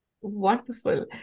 Wonderful